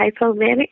hypomanic